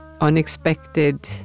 unexpected